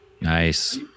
Nice